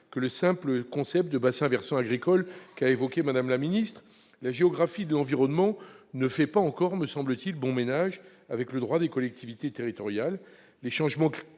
que le simple concept de bassins versants agricoles évoqué par Mme la ministre. La géographie de l'environnement ne fait pas encore bon ménage, me semble-t-il, avec le droit des collectivités territoriales.